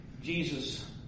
Jesus